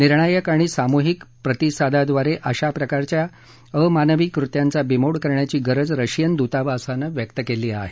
निर्णायक आणि सामूहिक प्रतिसादाद्वारे अशा प्रकारच्या अमानवी कृत्यांचा बीमोड करण्याची गरज रशियन दूतावासानं व्यक्त केली आहे